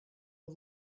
een